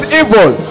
evil